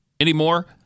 anymore